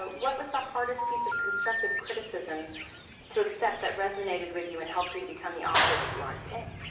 what was the hardest piece of constructive criticism to accept that resonated with you and helped you to become the author that you are today?